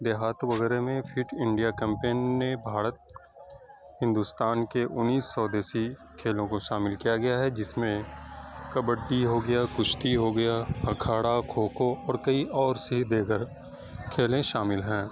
دیہات وغیرہ میں فٹ انڈیا کیمپین نے بھارت ہندوستان کے انہیں سودیسی کھیلوں کو شامل کیا گیا ہے جس میں کبڈی ہو گیا کشتی ہو گیا اکھاڑا کھوکھو اور کئی اور سے دیگر کھیل شامل ہیں